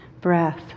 breath